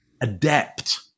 adept